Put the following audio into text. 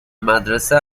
مدرسه